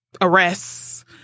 arrests